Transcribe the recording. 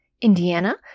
Indiana